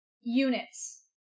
units